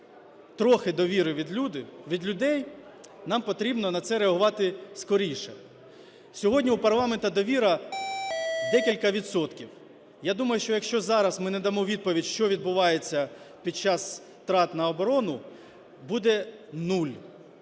трохи довіри від людей, нам потрібно на це реагувати скоріше. Сьогодні у парламенту довіра декілька відсотків. Я думаю, що якщо зараз ми не дамо відповідь, що відбувається під час трат на оборону, буде нуль.